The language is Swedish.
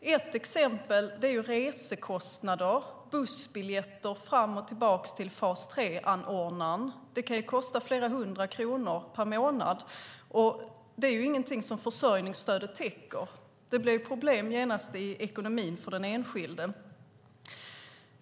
Ett exempel är resekostnader. Bussbiljetter fram och tillbaka till fas 3-anordnaren kan kosta flera hundra kronor per månad. Det är ingenting som försörjningsstödet täcker, och det blir genast problem i ekonomin för den enskilde.